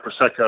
prosecco